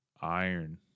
iron